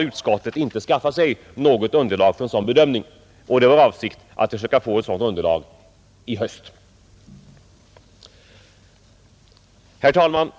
Utskottet har inte skaffat sig något underlag för en sådan bedömning, men det är alltså vår avsikt att försöka få ett sådant underlag i höst. Fru talman!